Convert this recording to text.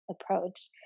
approach